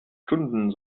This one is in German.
stunden